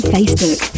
Facebook